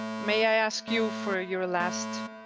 may i ask you for your last.